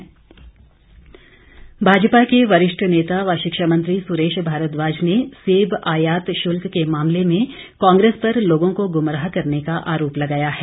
भारद्वाज भाजपा के वरिष्ठ नेता व शिक्षा मंत्री सुरेश भारद्वाज ने सेब आयात शुल्क के मामले में कांग्रेस पर लोगों को गुमराह करने का आरोप लगाया है